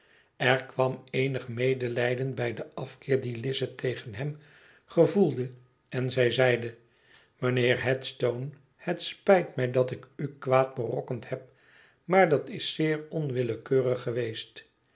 r kwam eenig medelijden bij den afkeer dien lize tegen hem gevoelde en zij zeide mijnheer headstone het spijt mij dat ik u kwaad berokkend heb maar dat is zeer onwillekeurig geweest